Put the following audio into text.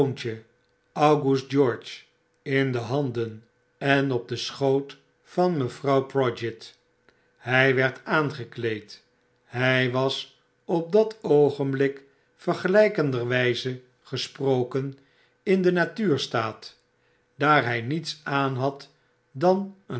august george in de banden en op den schoot van mevrouw prodgit hij werd aangekleed hy was op dat oogenblik vergelykenderwijze gesproken in den natuurstaat daar hy niets aanhad dan